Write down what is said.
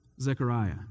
Zechariah